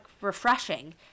refreshing